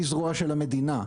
היא זרוע של המדינה.